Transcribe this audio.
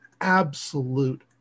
absolute